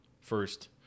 first